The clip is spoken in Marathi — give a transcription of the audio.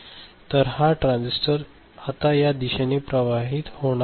तर हा ट्रान्झिस्टर आता या दिशेने प्रवाहित होणार नाही